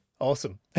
awesome